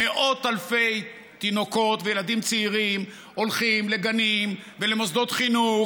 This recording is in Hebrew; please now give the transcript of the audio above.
מאות אלפי תינוקות וילדים צעירים הולכים לגנים ולמוסדות חינוך,